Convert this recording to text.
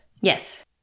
Yes